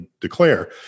declare